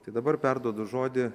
tai dabar perduodu žodį